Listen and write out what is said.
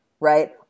right